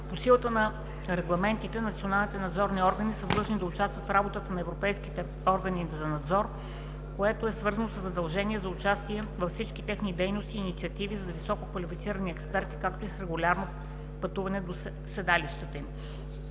По силата на регламентите националните надзорни органи са длъжни да участват в работата на европейските органи за надзор, което е свързано със задължение за участие във всички техни дейности и инициативи с висококвалифицирани експерти, както и с регулярно пътуване до седалищата им.